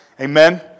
Amen